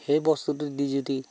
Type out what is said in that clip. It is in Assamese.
সেই বস্তুটো দি যদি